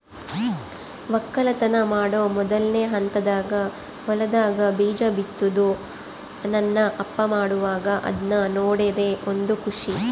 ವಕ್ಕಲತನ ಮಾಡೊ ಮೊದ್ಲನೇ ಹಂತದಾಗ ಹೊಲದಾಗ ಬೀಜ ಬಿತ್ತುದು ನನ್ನ ಅಪ್ಪ ಮಾಡುವಾಗ ಅದ್ನ ನೋಡದೇ ಒಂದು ಖುಷಿ